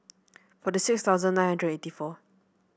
forty six thousand nine hundred and eighty four